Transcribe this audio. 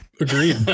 Agreed